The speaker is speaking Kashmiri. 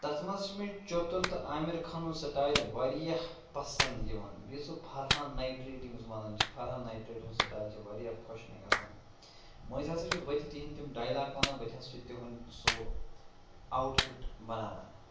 تَتھ منٛز چھُ مےٚ چوٚتُر تہٕ آمِر خانُن سِٹایِل واریاہ پَسنٛد یِوان بیٚیہِ سُہ فرحان نایٹریٚٹ ییٚمِس وَنان چھِ فرحان نایٹریٚٹ سُنٛد سِٹایل چھُ واریاہ خۄش مےٚ گَژھان مٔنٛزۍ ہَسا چھُس بہٕ تہِ تِہنٛدۍ تِم ڈایلاگ وَنان بہٕ تہِ ہَسا چھُس تِم سُہ آوُٹ فِٹ بَناوان